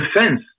defense